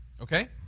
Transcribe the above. Okay